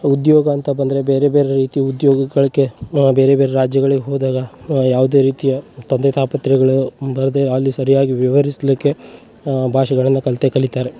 ಉದ್ಯೋಗ ಅಂತ ಬಂದರೆ ಬೇರೆ ಬೇರೆ ರೀತಿಯ ಉದ್ಯೋಗಗಳಿಗೆ ಬೇರೆ ಬೇರೆ ರಾಜ್ಯಗಳಿಗೆ ಹೋದಾಗ ಯಾವುದೇ ರೀತಿಯ ತೊಂದರೆ ತಾಪತ್ರಯಗಳು ಬರದೇ ಅಲ್ಲಿ ಸರಿಯಾಗಿ ವಿವರಿಸಲಿಕ್ಕೆ ಭಾಷೆಗಳನ್ನು ಕಲಿತೇ ಕಲೀತಾರೆ